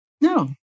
No